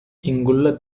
இங்குள்ள